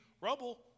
rubble